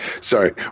sorry